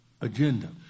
agenda